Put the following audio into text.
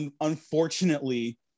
Unfortunately